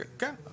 כן,